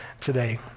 today